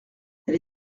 elle